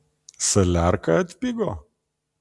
saliarka atpigo